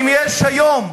אם יש היום,